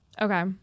Okay